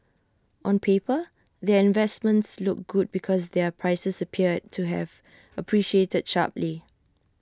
on paper their investments look good because their prices appeared to have appreciated sharply